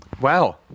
Wow